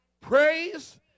praise